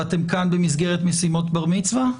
ואתם כאן במסגרת משימות בר מצווה?